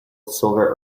silver